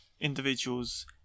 individuals